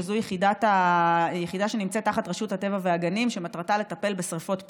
שזו היחידה שנמצאת תחת רשות הטבע והגנים שמטרתה לטפל בשרפות פסולת.